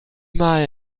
mal